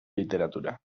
literatura